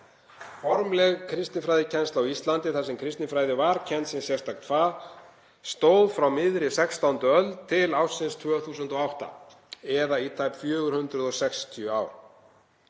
Formleg kristinfræðikennsla á Íslandi þar sem kristinfræði var kennd sem sérstakt fag stóð frá miðri 16. öld til ársins 2008 eða í tæp 460 ár.